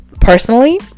Personally